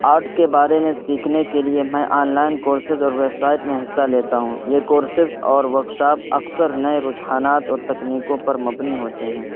art کے بارے میں سیکھنے کے لیے میں آنلائن کورسز اور ویبسائٹ میں حصہ لیتا ہوں یہ کورسز اور ورکشاپ اکثر نئے رجحانات اور تکنیکوں پر مبنی ہوتے ہیں